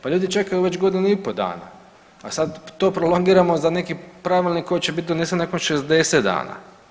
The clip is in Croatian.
Pa ljudi čekaju već godinu i pol dana, a to sad prolongiramo za neki Pravilnik koji će biti donesen nakon 60 dana.